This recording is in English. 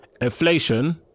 inflation